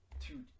two